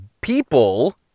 people